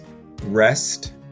Rest